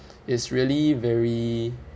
is really very